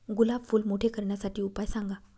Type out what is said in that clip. गुलाब फूल मोठे करण्यासाठी उपाय सांगा?